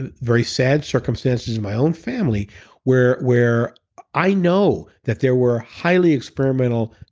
ah very sad circumstances in my own family where where i know that there were highly experimental